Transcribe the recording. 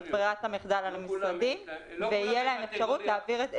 את ברירת המחדל על המשרדים ותהיה להם אפשרות להעביר את